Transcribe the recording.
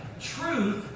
Truth